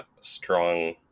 strong